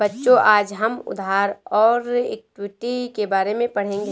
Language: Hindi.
बच्चों आज हम उधार और इक्विटी के बारे में पढ़ेंगे